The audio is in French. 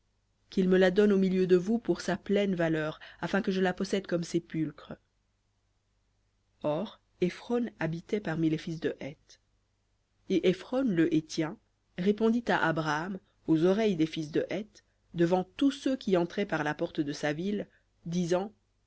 qu'il me la donne au milieu de vous pour sa pleine valeur afin que je la possède comme sépulcre or éphron habitait parmi les fils de heth et éphron le héthien répondit à abraham aux oreilles des fils de heth devant tous ceux qui entraient par la porte de sa ville disant